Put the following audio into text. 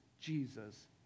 Jesus